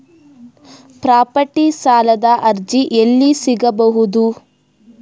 Property ಸಾಲದ ಅರ್ಜಿ ಎಲ್ಲಿ ಸಿಗಬಹುದು?